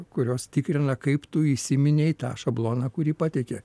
kurios tikrina kaip tu įsiminei tą šabloną kurį pateikė